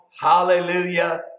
hallelujah